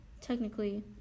technically